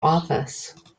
office